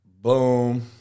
Boom